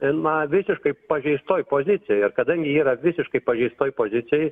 na visiškai pažeistoj pozicijoj ir kadangi yra visiškai pažeistoj pozicijoj